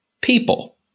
people